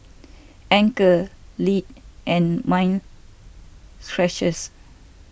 Anchor Lindt and Mind Stretchers